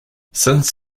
since